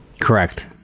Correct